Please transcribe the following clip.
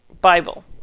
Bible